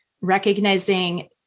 recognizing